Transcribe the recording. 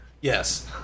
Yes